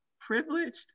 privileged